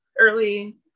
early